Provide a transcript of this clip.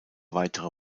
weitere